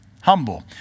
Humble